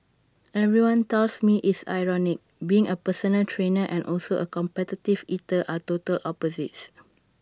everyone tells me it's ironic being A personal trainer and also A competitive eater are total opposites